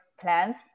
plans